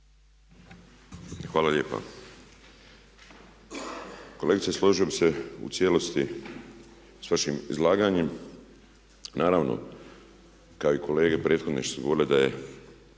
Hvala lijepa. Kolegice složio bih se u cijelosti s vašim izlaganjem, naravno kao i kolege prethodne što su govorile da je